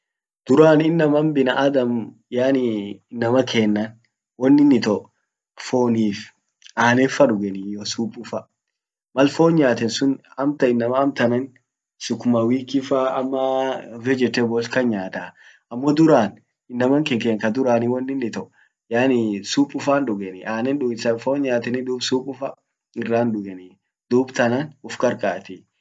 Duran innaman binaadam yanii innama kenna wonin ito fonif anan fa duganii iyyo supufa mal fon nyatan sun amtan innama amtanan sukuma wiki faa ama vegetables tan nyaata amo duran innaman kenken ka duranii wonin itoo yani supufan duganii anan fon nyatani dum supufa irant duganii duub tanan uf qar qartii.